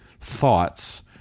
thoughts